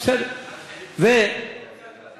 את זה אף פעם.